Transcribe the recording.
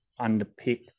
underpick